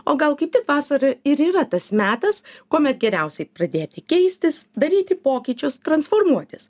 o gal kaip tik vasarą ir yra tas metas kuomet geriausiai pradėti keistis daryti pokyčius transformuotis